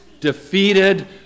defeated